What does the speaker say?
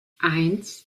eins